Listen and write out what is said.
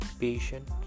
patient